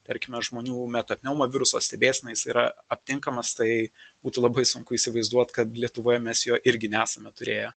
tarkime žmonių meta pneumo viruso stebėseną jis yra aptinkamas tai būtų labai sunku įsivaizduot kad lietuvoje mes jo irgi nesame turėję